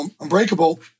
Unbreakable